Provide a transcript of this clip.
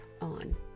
on